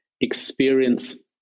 experience